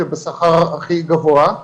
ובשכר הכי גבוה,